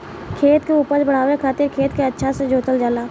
खेत के उपज बढ़ावे खातिर खेत के अच्छा से जोतल जाला